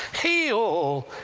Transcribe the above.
heal!